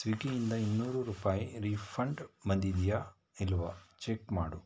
ಸ್ವಿಗ್ಗಿ ಇಂದ ಇನ್ನೂರು ರೂಪಾಯಿ ರೀಫಂಡ್ ಬಂದಿದೆಯಾ ಇಲ್ವ ಚೆಕ್ ಮಾಡು